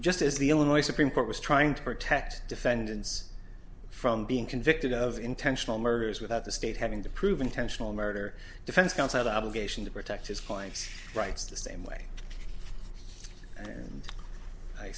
just as the illinois supreme court was trying to protect defendants from being convicted of intentional murders without the state having to prove intentional murder defense counsel the obligation to protect his client's rights the same way and i